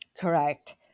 Correct